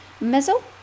Mizzle